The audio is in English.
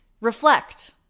reflect